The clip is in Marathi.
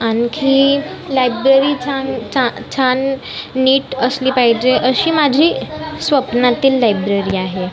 आणखी लायब्ररी छान छा छान नीट असली पाहिजे अशी माझी स्वप्नातील लायब्ररी आहे